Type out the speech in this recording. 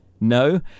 No